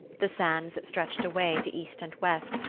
the sands stretched away to east and west,